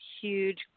huge